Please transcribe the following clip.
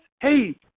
hey